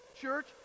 Church